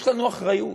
יש לנו אחריות.